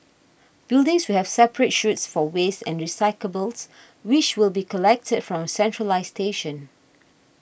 buildings will have separate chutes for waste and recyclables which will be collected from a centralised station